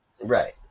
Right